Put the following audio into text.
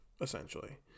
essentially